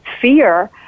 fear